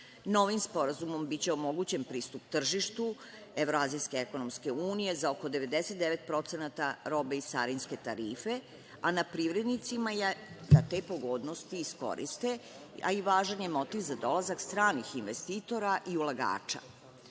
sporazumom biće omogućen pristup tržištu Evrazijske ekonomske unije za oko 99% robe iz carinske tarife, a na privrednicima je da te pogodnosti iskoriste, a i motiv je za dolazak stranih investitora i ulagača. Režim